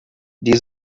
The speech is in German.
die